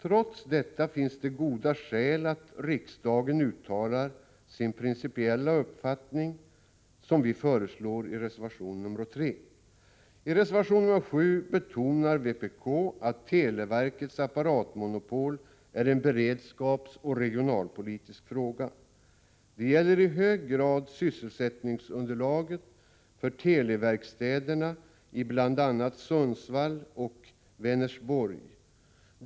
Trots detta finns det goda skäl att riksdagen uttalar sin principiella uppfattning, som vi föreslår i reservation nr 3. I reservation nr 7 betonar vpk att televerkets apparatmonopol är en beredskapsoch regionalpolitisk fråga. Det gäller i hög grad sysselsättningsunderlaget för Teli-verkstäderna i bl.a. Sundsvall och Vänersborg.